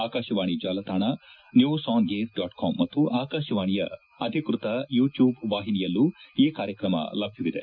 ಆಕಾಶವಾಣಿ ಜಾಲತಾಣ news on air dot com ಮತ್ತು ಆಕಾಶವಾಣಿಯ ಅಧಿಕೃತ ಯೂಟ್ಲೂಬ್ ವಾಹಿನಿಯಲ್ಲೂ ಈ ಕಾರ್ಯಕ್ರಮ ಲಭ್ಯವಿದೆ